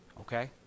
Okay